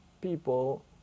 people